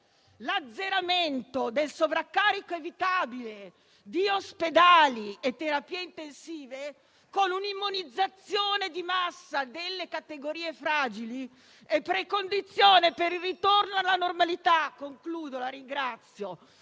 l'azzeramento del sovraccarico evitabile di ospedali e terapie intensive con un'immunizzazione di massa delle categorie fragili è precondizione per il ritorno alla normalità, una sfida